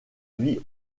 vie